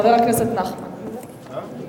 חבר הכנסת נחמן שי.